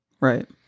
right